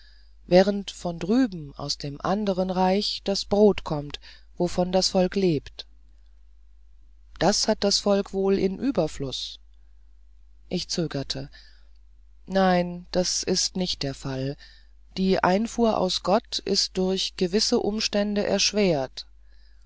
während von drüben aus dem anderen reich das brot kommt wovon das volk lebt das hat das volk wohl in überfluß ich zögerte nein das ist nicht der fall die einfuhr aus gott ist durch gewisse umstände erschwert